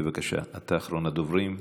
בבקשה, אתה אחרון הדוברים.